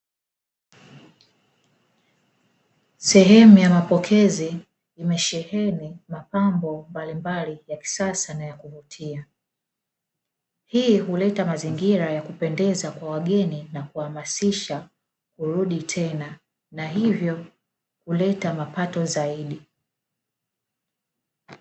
Sehemu ya mapokezi, imesheheni mapambo mbalimbali ya kisasa na ya kuvutia. Hii huleta mazingira ya kupendeza kwa wageni na kuhamasisha kurudi tena na hivyo kuleta mapato zaidi.